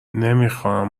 نمیخواهم